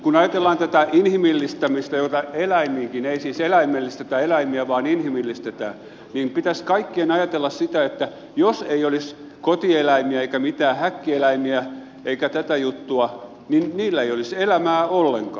kun ajatellaan tätä eläintenkin inhimillistämistä ei siis eläimellistetä eläimiä vaan inhimillistetään niin pitäisi kaikkien ajatella sitä että jos ei olisi kotieläimiä eikä mitään häkkieläimiä eikä tätä juttua niin niillä ei olisi elämää ollenkaan